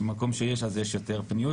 ובמקום שיש אז יש יותר פניות.